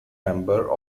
member